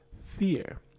Fear